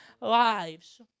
lives